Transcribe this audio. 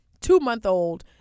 two-month-old